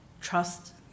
trust